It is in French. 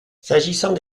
s’agissant